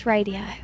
Radio